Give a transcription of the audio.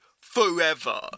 forever